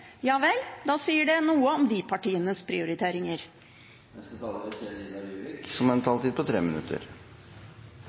Ja vel, da sier det noe om de partienes prioriteringer. Det er litt merkelig i disse debattene at med en